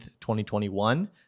2021